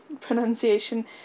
pronunciation